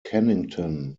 kennington